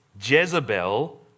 Jezebel